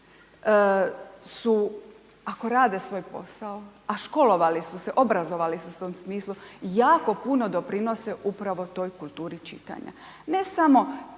su, ako rade svoj posao, a školovali su se, obrazovali su se u tom smislu, jako puno doprinose upravo toj kulturi čitanja, ne samo